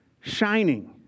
Shining